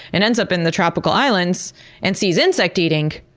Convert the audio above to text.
and ends up in the tropical islands and sees insect eating,